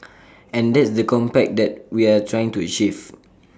and that's the compact that we are trying to achieve